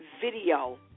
video